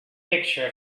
picture